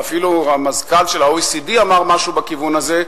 ואפילו המזכ"ל של ה-OECD אמר משהו בכיוון הזה,